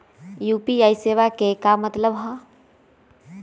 UPI सेवा के का मतलब है?